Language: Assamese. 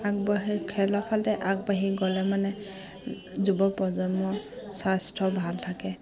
আগবাঢ়ি খেলৰ ফালে আগবাঢ়ি গ'লে মানে যুৱ প্ৰজন্মৰ স্বাস্থ্য ভাল থাকে